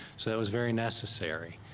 so it's very necessary,